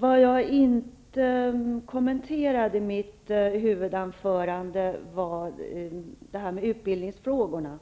I mitt huvudanförande kommenterade jag inte utbildningsfrågorna.